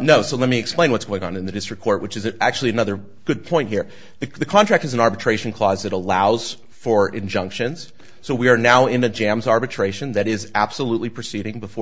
no so let me explain what's going on in the district court which is actually another good point here that the contract is an arbitration clause that allows for injunctions so we are now in a jam is arbitration that is absolutely proceeding before